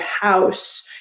house